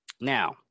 now